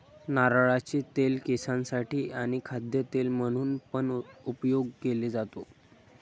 नारळाचे तेल केसांसाठी आणी खाद्य तेल म्हणून पण उपयोग केले जातो